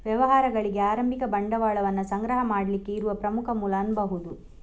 ವ್ಯವಹಾರಗಳಿಗೆ ಆರಂಭಿಕ ಬಂಡವಾಳವನ್ನ ಸಂಗ್ರಹ ಮಾಡ್ಲಿಕ್ಕೆ ಇರುವ ಪ್ರಮುಖ ಮೂಲ ಅನ್ಬಹುದು